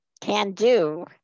can-do